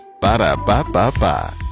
Ba-da-ba-ba-ba